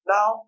Now